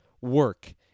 work